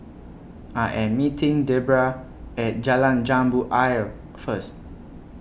I Am meeting Debera At Jalan Jambu Ayer First